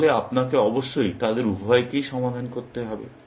তাহলে আপনাকে অবশ্যই তাদের উভয়কেই সমাধান করতে হবে